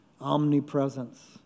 omnipresence